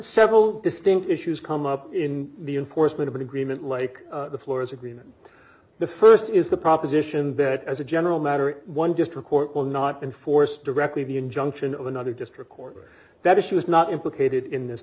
several distinct issues come up in the enforcement agreement like the floors agreement the st is the proposition that as a general matter one just report will not enforce directly the injunction of another just recording that issue is not implicated in this